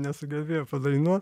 nesugebėjo padainuot